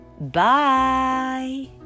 Bye